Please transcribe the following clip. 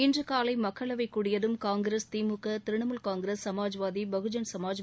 இன்று காலை மக்களவை கூடியதும் காங்கிரஸ் திமுக திரினாமுல் காங்கிரஸ் சமாஜ்வாதி பகுஜன் சமாஜ்